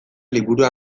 liburua